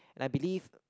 I believe